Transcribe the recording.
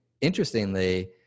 interestingly